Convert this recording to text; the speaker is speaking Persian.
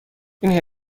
این